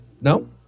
No